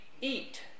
eat